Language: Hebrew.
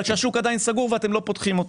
שהשוק עדיין סגור ואתם לא פותחים אותו.